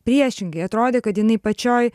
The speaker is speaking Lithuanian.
priešingai atrodė kad jinai pačioj